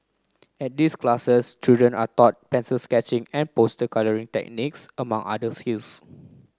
at these classes children are taught pencil sketching and poster colouring techniques among other skills